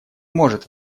может